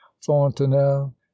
Fontenelle